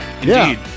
indeed